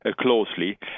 closely